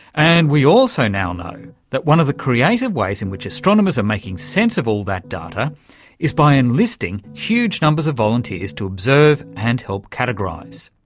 and we also now know that one of the creative ways in which astronomers are making sense of all that data is by enlisting huge numbers of volunteers to observe and help categorise.